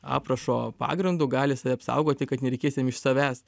aprašo pagrindu gali save apsaugoti kad nereikės jam iš savęs